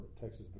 Texas